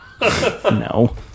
No